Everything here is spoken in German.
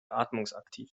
atmungsaktiv